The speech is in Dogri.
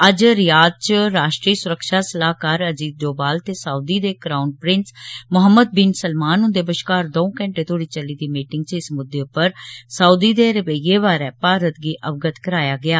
अज्ज रियाड़ च राश्ट्री सुरक्षा सलाह्कार अजीत डोवाल ते सऊदी दे crown prince Muhammad bin Salman हुंदे बश्कार दर्ऊं घैंटे तोड़ी चली दी मीटिंग च इस मुद्दे उप्पर सऊदी दे खैये बारे भारत गी अवगत कराई दित्ता गेआ